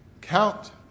count